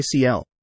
ICL